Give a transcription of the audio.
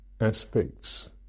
aspects